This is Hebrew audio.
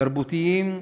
תרבותיים,